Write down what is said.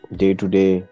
day-to-day